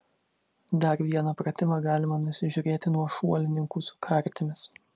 dar vieną pratimą galima nusižiūrėti nuo šuolininkų su kartimis